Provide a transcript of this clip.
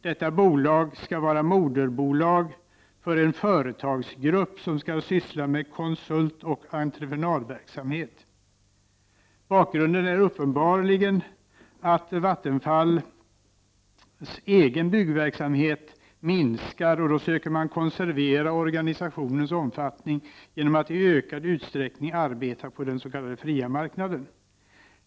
Detta bolag skall vara moderbolag i en företagsgrupp som skall syssla med konsultoch entreprenadverksamhet. Bakgrunden är uppenbarligen att Vattenfalls egen byggverksamhet minskar och att man då söker konservera organisationens omfattning genom att i ökad utsträckning arbeta på den s.k. fria marknaden.